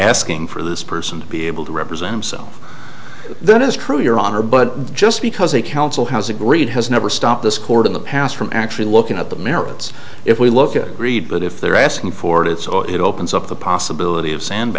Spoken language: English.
asking for this person to be able to represent himself that is true your honor but just because a council has agreed has never stopped this court in the past from actually looking at the merits if we look at agreed but if they're asking for it so it opens up the possibility of sand